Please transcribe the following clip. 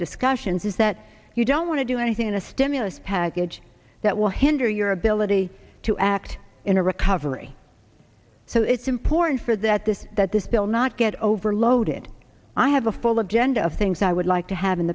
discussions is that you don't want to do anything in a stimulus package that will hinder your ability to act in a recovery so it's important for that this that this bill not get overloaded i have a full agenda of things i would like to have in